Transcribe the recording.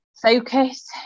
Focus